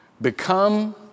become